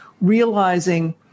realizing